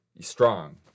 strong